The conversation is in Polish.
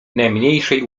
najmniejszej